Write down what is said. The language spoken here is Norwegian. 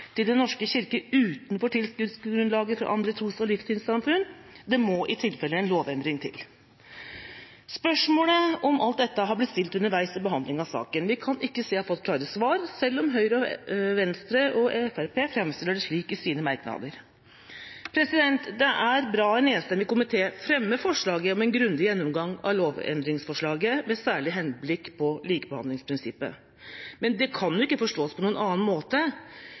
til Den norske kirke utenfor tilskuddsgrunnlaget for andre tros- og livssynssamfunn. Det må i tilfelle en lovendring til.» Spørsmål om alt dette har blitt stilt underveis ved behandlingen av saken. Vi kan ikke se at vi har fått klare svar, selv om Høyre, Fremskrittspartiet og Venstre framstiller det slik i sine merknader. Det er bra at en enstemmig komité fremmer forslag om en grundig gjennomgang av lovendringsforslaget med særlig henblikk på likebehandlingsprinsippet. Men det kan ikke forstås på noen annen måte